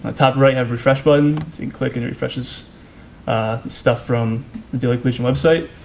ah top right have refresh button you can click and it refreshes stuff from the daily collegian website.